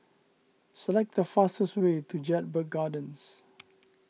select the fastest way to Jedburgh Gardens